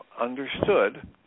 understood